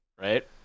right